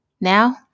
Now